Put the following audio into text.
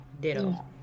ditto